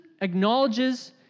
acknowledges